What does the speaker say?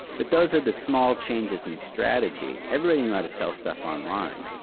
but those are the small changes in strategy. everybody knew how to sell stuff online.